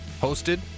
Hosted